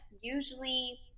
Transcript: usually